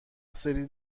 سری